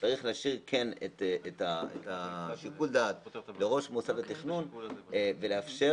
צריך להשאיר את שיקול הדעת לראש מוסד התכנון ולאפשר.